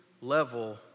level